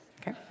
Okay